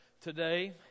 today